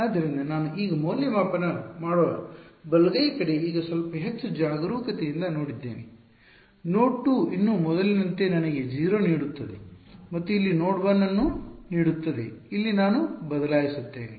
ಆದ್ದರಿಂದ ನಾನು ಈಗ ಮೌಲ್ಯಮಾಪನ ಮಾಡುವ ಬಲಗೈ ಕಡೆ ಈಗ ಸ್ವಲ್ಪ ಹೆಚ್ಚು ಜಾಗರೂಕತೆಯಿಂದ ಮಾಡಿದ್ದೇನೆ ನೋಡ್ 2 ಇನ್ನೂ ಮೊದಲಿನಂತೆ ನನಗೆ 0 ನೀಡುತ್ತದೆ ಮತ್ತು ಇಲ್ಲಿ ನೋಡ್ 1 ಅನ್ನು ನೀಡುತ್ತದೆ ಇಲ್ಲಿ ನಾನು ಬದಲಾಯಿಸುತ್ತೇನೆ